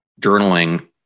journaling